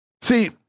See